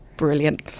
brilliant